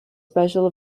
special